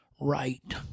right